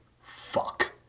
fuck